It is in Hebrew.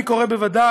אני קורא בוודאי